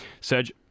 Serge